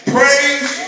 Praise